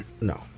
No